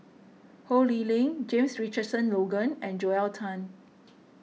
Ho Lee Ling James Richardson Logan and Joel Tan